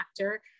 actor